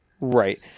Right